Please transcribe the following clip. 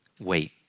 wait